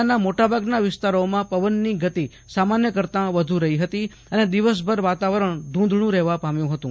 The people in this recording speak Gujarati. જિલ્લાના મોટા ભાગના વિસ્તારોમાં પવનની ગતિ સામાન્ય કરતા વધુ રફી ફતી અને દિવસભર વાતાવરણ ધુધળુ રહેવા પામ્યુ ફતું